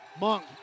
Monk